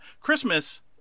christmas